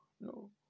no